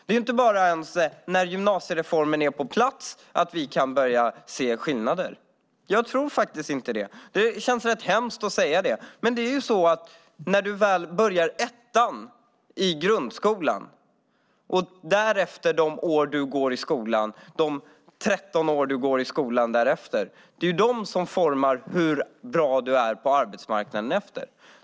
Vi kan ju inte se skillnader så snart gymnasiereformen är på plats. Jag tror inte det, även om det känns hemskt att säga. Det är de år man går i skola, från första klass och 13 år framåt, som formar hur bra man är på arbetsmarknaden.